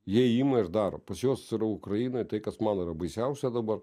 jie ima ir daro pas juos ukrainoj tai kas man yra baisiausia dabar